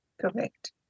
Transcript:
correct